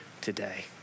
today